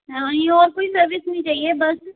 हाँ ये और कोई सर्विस नहीं चाहिए बस